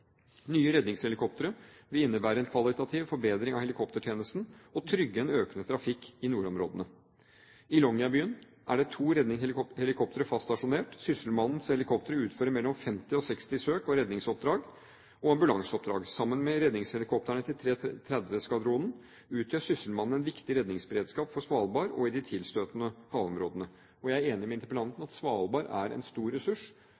Nye redningshelikoptre vil innebære en kvalitativ forbedring av helikoptertjenesten og trygge en økende trafikk i nordområdene. I Longyearbyen er det to redningshelikoptre fast stasjonert. Sysselmannens helikoptre utfører mellom 50 og 60 søke- og redningsoppdrag og ambulanseoppdrag. Sammen med redningshelikoptrene til 330-skvadronen utgjør Sysselmannen en viktig redningsberedskap på Svalbard og i de tilstøtende havområdene. Jeg er enig med interpellanten i at Svalbard er en stor ressurs